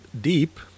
deep